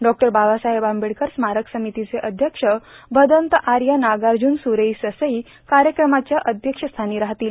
डॉ बाबासाहेब आंबेडकर स्मारक समितीचे अध्यक्ष भदंत आर्य नागार्ज्न स्रेई ससई कार्यक्रमाच्या अध्यक्षस्थानी राहतील